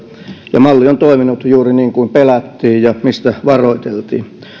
ja malli on toiminut juuri niin kuin pelättiin ja mistä varoiteltiin